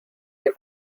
que